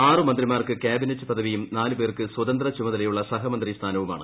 ആറ് മന്ത്രിമാർക്ക് കാബിനറ്റ് പദവിയും നാല് പേർക്ക് സ്വതന്ത്ര ചുമതലയുള്ള സഹമന്ത്രി സ്ഥാനവുമാണ്